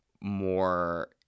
more